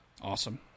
Awesome